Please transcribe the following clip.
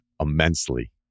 immensely